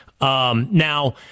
Now